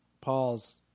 Paul's